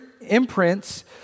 imprints